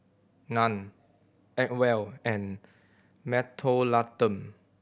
Nan Acwell and Mentholatum